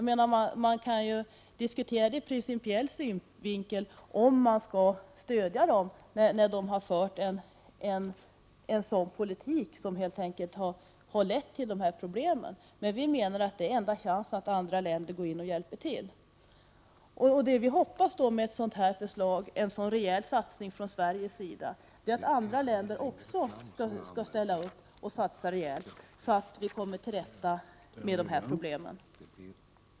Man kan ur principiell synvinkel diskutera om man skall stödja länderna, när de har fört en sådan politik som har lett till dessa problem. Men den enda chansen är att andra länder går in och hjälper till. Vad vi hoppas med en sådan rejäl satsning från Sveriges sida är, att andra länder också skall ställa upp och satsa rejält så att vi kommer till rätta med problemen.